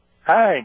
Hi